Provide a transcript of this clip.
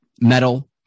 metal